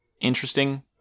interesting